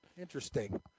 interesting